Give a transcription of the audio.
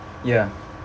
ya